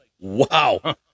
wow